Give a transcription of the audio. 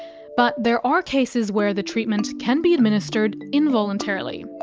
but there are cases where the treatment can be administered involuntarily.